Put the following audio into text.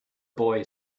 boy